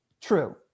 True